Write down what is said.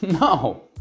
No